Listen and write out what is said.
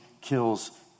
kills